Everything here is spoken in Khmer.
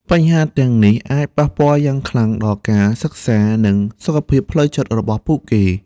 បញ្ហាទាំងនេះអាចប៉ះពាល់យ៉ាងខ្លាំងដល់ការសិក្សា និងសុខភាពផ្លូវចិត្តរបស់ពួកគេ។